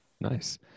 Nice